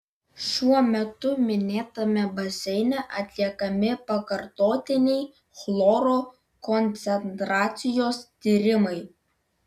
šiuo metu minėtame baseine atliekami pakartotiniai chloro koncentracijos tyrimai